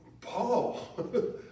Paul